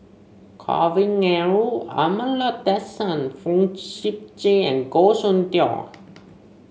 Kavignareru Amallathasan Fong Sip Chee and Goh Soon Tioe